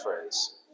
phrase